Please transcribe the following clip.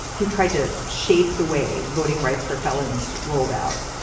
who tried to shape the way voting rights for felons rolled out.